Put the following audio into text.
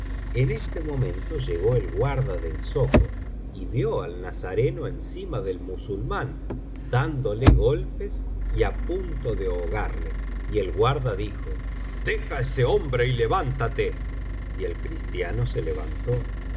del jorobado momento llegó el guarda del zoco y vio al nazareno encima del musulmán dándole golpes y á punto de ahogarlo y el guarda dijo deja á ese hombre y levántate y el cristiano se levantó